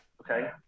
Okay